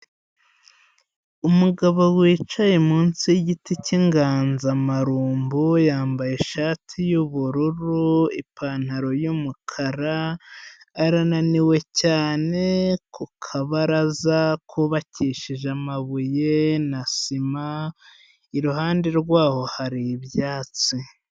Umugabo wicaye munsi y'igiti k'inganzamarumbu, yambaye ishati y'ubururu, ipantaro y'umukara, arananiwe cyane ku kabaraza kubabakishije amabuye na sima, iruhande rwaho hari ibyatsi.